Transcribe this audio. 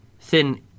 Thin